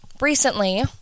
recently